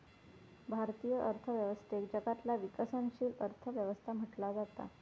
भारतीय अर्थव्यवस्थेक जगातला विकसनशील अर्थ व्यवस्था म्हटला जाता